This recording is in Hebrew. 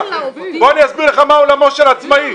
אסביר לך את עולמו של העצמאי.